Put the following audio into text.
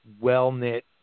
well-knit